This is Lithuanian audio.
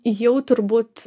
jau turbūt